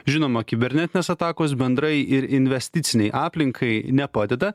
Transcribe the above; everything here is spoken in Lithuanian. žinoma kibernetinės atakos bendrai ir investicinei aplinkai nepadeda